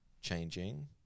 changing